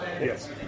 yes